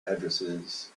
addresses